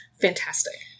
fantastic